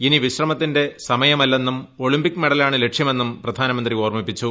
ഇനി വിശ്രമത്തിന്റെ സമയമല്ലെന്നും ഒളിമ്പിക് മെഡലാണ് ലക്ഷ്യമെന്നും പ്രധാനമന്ത്രി ഓർമ്മിപ്പിച്ചു